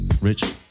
Rich